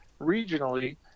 regionally